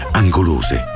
angolose